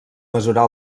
mesurar